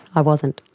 i wasn't.